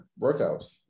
Workouts